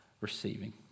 receiving